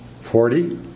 Forty